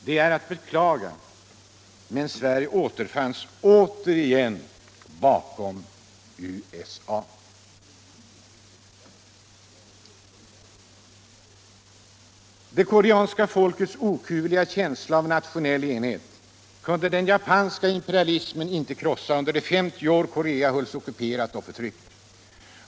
Det är att beklaga, men Sverige återfanns än en gång bakom USA! Det koreanska folkets okuvliga känsla av nationell enhet kunde den japanska imperialismen inte krossa under de 50 år Korea hölls ockuperat och förtryckt.